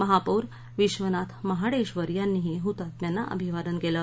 महापौर विश्वनाथ महाडक्ति यांनीही हुतात्म्यांना अभिवादन कलि